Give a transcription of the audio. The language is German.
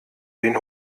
den